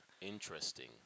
Interesting